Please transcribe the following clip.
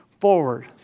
forward